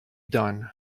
done